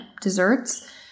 desserts